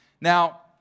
Now